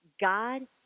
God